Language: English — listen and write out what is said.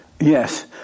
Yes